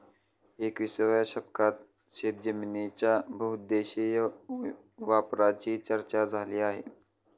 एकविसाव्या शतकात शेतजमिनीच्या बहुउद्देशीय वापराची चर्चा झाली आहे